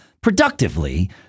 productively